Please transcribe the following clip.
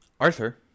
Arthur